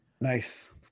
Nice